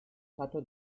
château